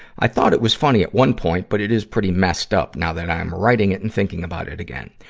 i thought it was funny at one point, but it is pretty messed up, now that i am writing it and thinking about it again.